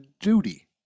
duty